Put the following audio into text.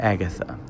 Agatha